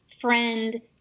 friend